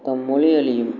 தம் மொழி அழியும்